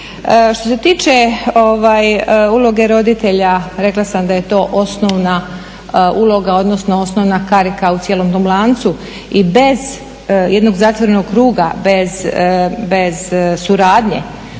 Što se tiče uloge roditelja, rekla sam da je to osnovna uloga, odnosno osnovna karika u cijelom tom lancu i bez jednog zatvorenog kruga, bez suradnje